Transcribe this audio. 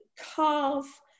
carve